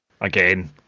again